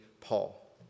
Paul